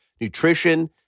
nutrition